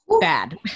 bad